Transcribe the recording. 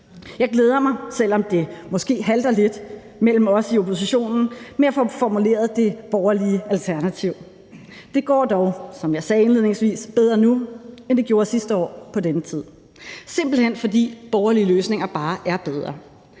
jeg glæder mig, selv om det måske halter lidt mellem os i oppositionen med at få formuleret det borgerlige alternativ. Det går dog, som jeg sagde indledningsvis, bedre nu, end det gjorde sidste år på denne tid, simpelt hen fordi borgerlige løsninger bare er bedre,